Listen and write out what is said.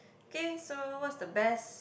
K so what's the best